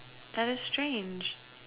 that is strange